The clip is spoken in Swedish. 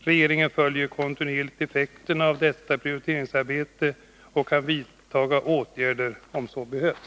Regeringen följer kontinuerligt effekterna av detta prioriteringsarbete och kan vidta åtgärder om så behövs.